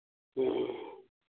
ꯎꯝ